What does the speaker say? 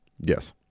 Yes